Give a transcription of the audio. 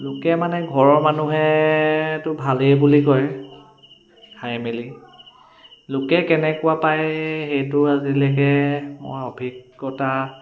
লোকে মানে ঘৰৰ মানুহতো ভালেই বুলি কয় খাই মেলি লোকে কেনেকুৱা পায় সেইটো আজিলৈকে মই অভিজ্ঞতা